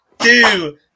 two